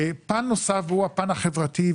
פן נוסף הוא הפן החברתי,